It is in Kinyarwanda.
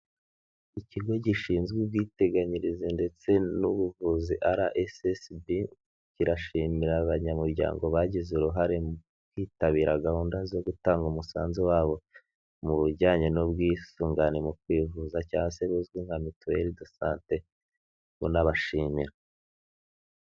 Ikigo gishinzwe ubwiteganyirize ndetse n'ubuvuzi Ara ese sibi, kirashimira abanyamuryango bagize uruhare mu kwitabira gahunda zo gutanga umusanzu wabo, mu bijyanye n'ubwisungane mu kwivuza cyangwa se buzwi nka Mituweli de sante bunabashimira.